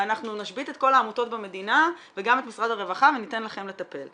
ואנחנו נשבית את כל העמותות במדינה וגם את משרד הרווחה וניתן לכם לטפל.